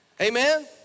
Amen